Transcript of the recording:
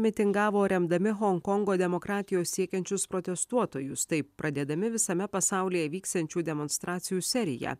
mitingavo remdami honkongo demokratijos siekiančius protestuotojus taip pradėdami visame pasaulyje vyksiančių demonstracijų seriją